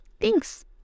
thanks